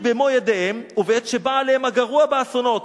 במו-ידיהם ובעת שבא עליהם הגרוע באסונות,